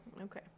Okay